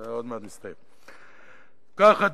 כך,